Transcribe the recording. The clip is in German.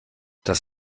dass